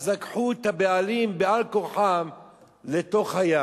אז לקחו את הבעלים בעל-כורחם לתוך הים.